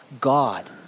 God